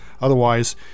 Otherwise